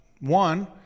one